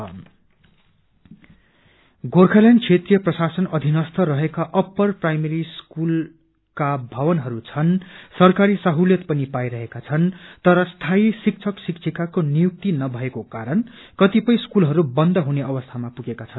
education Gorkhaland क्षेत्रीय प्रशासन GTA अधीनस्थ रहेका अष्पर प्राइमेरी स्कूलका भवनहरू छन् सरकारी सहुलियत पनि पाइरहेका छन् तर स्थायी शिक्षक शिक्षिकाको नियुक्ति नभएको कारण कतिपय स्कूलहरू बन्द हुने अवस्थामा पुगेका छन्